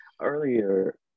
earlier